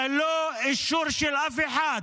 ללא אישור של אף אחד,